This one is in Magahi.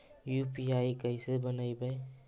यु.पी.आई कैसे बनइबै?